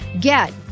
Get